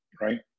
right